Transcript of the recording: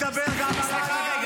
פה גדול, מעשים קטנים.